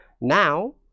Now